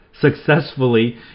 successfully